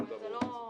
ברור.